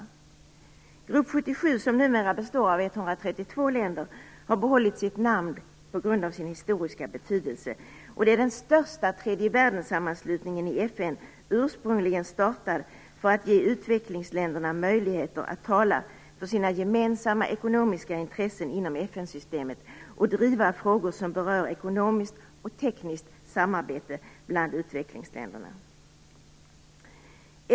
Grupp 77, som numera består av 132 länder, har behållit sitt namn på grund av dess historiska betydelse. Det är den största tredje världen-sammanslutningen i FN, ursprungligen startad för att ge utvecklingsländerna möjligheter att tala för sina gemensamma ekonomiska intressen inom FN-systemet och för att driva frågor som berör ekonomiskt och tekniskt samarbete bland utvecklingsländerna.